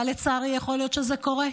אבל לצערי יכול להיות שזה קורה,